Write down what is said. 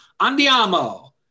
Andiamo